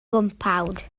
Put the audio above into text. gwmpawd